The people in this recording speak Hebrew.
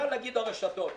קל להגיד הרשתות.